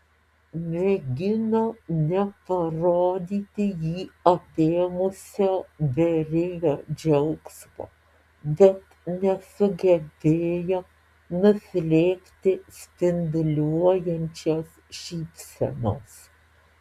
mėgino neparodyti jį apėmusio beribio džiaugsmo bet nesugebėjo nuslėpti spinduliuojančios šypsenos